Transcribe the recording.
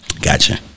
Gotcha